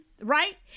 right